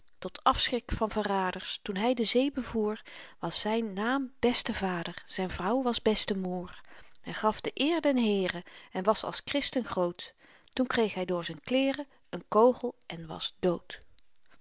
tot afschrik van verraders toen hy de zee bevoer was zyn naam bestevader zyn vrouw was bestemoêr hy gaf de eer den heere en was als christen groot toen kreeg hy door zyn kleeren een kogel en was dood